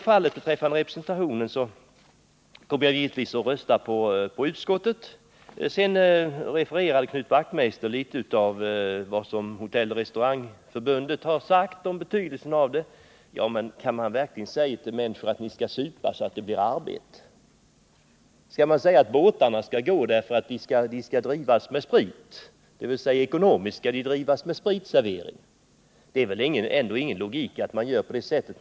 Beträffande representationen kommer jag givetvis att rösta för utskottets hemställan. Knut Wachtmeister refererade litet av vad Hotelloch restaurangförbundet har sagt om betydelsen av denna hantering. Ja, men kan man säga till människor att de skall supa så att det blir arbete? Kan man säga att båtarna skall gå därför att de skall drivas med sprit — dvs. att de ekonomiskt skall drivas med spritservering? Det är väl ingen logik i detta.